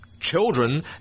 Children